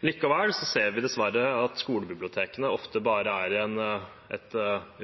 Likevel ser vi dessverre at skolebibliotekene ofte bare er et